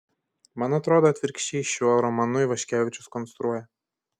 man atrodo atvirkščiai šiuo romanu ivaškevičius konstruoja